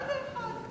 ברגע אחד,